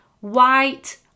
white